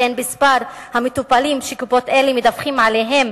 בין מספר המטופלים שקופות אלה מדווחות עליהם